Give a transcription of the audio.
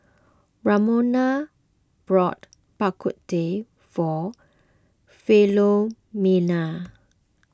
Ramona bought Bak Kut Teh for Philomena